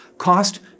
Cost